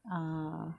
err